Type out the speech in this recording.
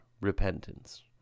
repentance